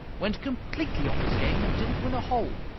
went completely off his game and didn't win a hole.